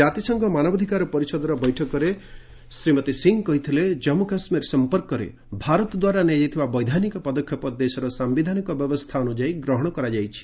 କାତିସଂଘ ମାନବାଧିକାର ପରିଷଦର ବୈଠକରେ ଶ୍ରୀମତୀ ସିଂ କହିଥିଲେ ଜମ୍ମୁ କାଶ୍କୀର ସମ୍ପର୍କରେ ଭାରତଦ୍ୱାରା ନିଆଯାଇଥିବା ବୈଧାନିକ ପଦକ୍ଷେପ ଦେଶର ସାୟିଧାନିକ ବ୍ୟବସ୍ଥା ଅନୁଯାୟୀ ଗ୍ରହଣ କରାଯାଇଛି